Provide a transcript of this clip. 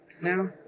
No